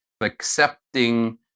accepting